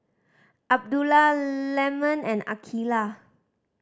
Abdullah Leman and Aqeelah